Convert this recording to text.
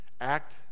Act